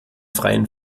freien